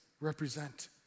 represent